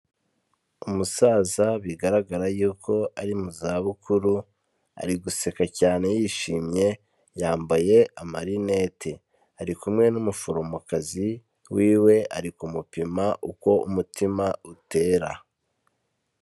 Umusaza bigaragara yuko ari mu za bukuru ariguseka cyane yishimye, yambaye amarinete. Ari kumwe n'umuforomokazi wiwe arikumupima uko umutima utera.